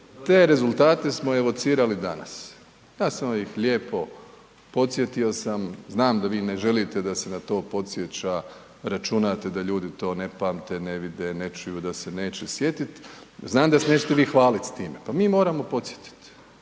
te rezultate smo evocirali danas. Ja sam ih lijepo, podsjetio sam, znam da vi ne želite da se na to podsjeća, računate da ljudi to ne pamte, ne vide, ne čuju, da se neće sjetiti, znam da se nećete vi hvaliti s time, pa mi moramo podsjetiti,